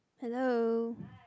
hello